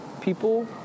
people